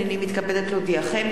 הנני מתכבדת להודיעכם,